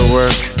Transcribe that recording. work